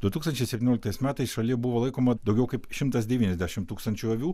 du tūkstančiai septynioliktais metais šalyje buvo laikoma daugiau kaip šimtas devyniasdešimt tūkstančių avių